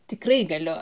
tikrai galiu